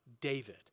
David